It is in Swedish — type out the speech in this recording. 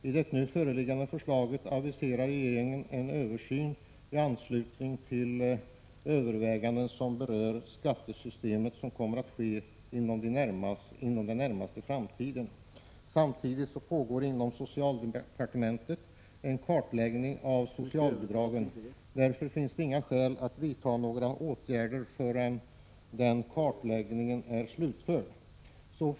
I det nu föreliggande förslaget aviserar regeringen en översyn i anslutning till de överväganden som berör skattesystemet och som kommer att ske inom den närmaste framtiden. Inom socialdepartementet pågår samtidigt en kartläggning av socialbidragen. Därför finns det inga skäl att vidta några åtgärder förrän den kartläggningen är slutförd.